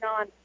on